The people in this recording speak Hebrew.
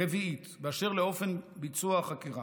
רביעית, באשר לאופן ביצוע החקירה: